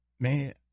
Man